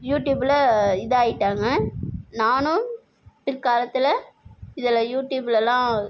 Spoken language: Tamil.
யூடியூபில் இதாகிட்டாங்க நானும் பிற்காலத்தில் இதில் யூடியூப்லல்லாம்